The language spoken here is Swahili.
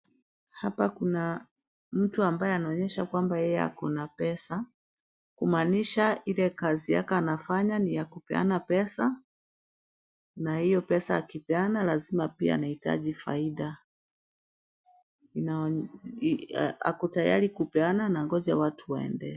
Hapa kuna mtu ambaye anaonyesha kwamba yeye ako na pesa, kumaanisha ile kazi yake anafanya ni ya kupeana pesa na hio pesa akipeana lazima pia anahitaji faida na ako tayari kupeana na anangoja watu waendee.